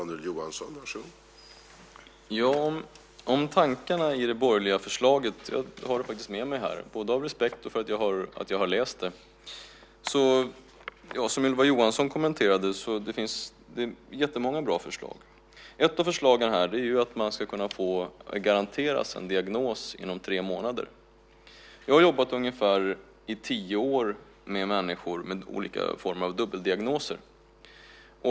Herr talman! När det gäller tankarna i det borgerliga förslaget har jag det faktiskt med mig här, både av respekt och för att jag har läst det. Ylva Johansson kommenterade att det finns jättemånga bra förslag. Ett av förslagen är att man ska kunna garanteras en diagnos inom tre månader. Jag har jobbat ungefär tio år med människor med olika former av dubbeldiagnoser.